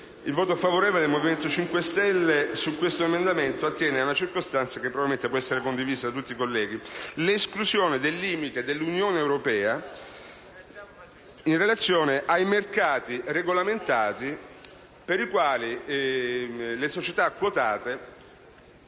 il voto favorevole del Movimento 5 Stelle su questo emendamento attiene ad una circostanza che probabilmente può essere condivisa da tutti i colleghi: l'esclusione del riferimento all'Unione europea in relazione ai mercati regolamentati per i quali le società quotate